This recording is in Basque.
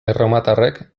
erromatarrek